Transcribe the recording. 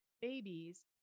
babies